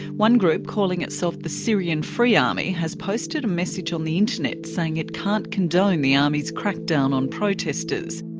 one group calling itself the syrian free army has posted a message on the internet, saying it can't condone the army's crackdown on protesters.